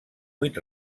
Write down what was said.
vuit